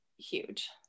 huge